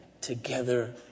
together